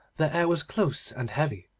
the air was close and heavy,